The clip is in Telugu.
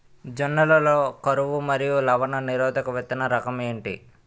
జొన్న లలో కరువు మరియు లవణ నిరోధక విత్తన రకం ఏంటి?